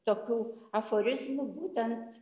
tokių aforizmų būtent